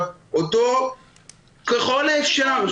ככל האפשר,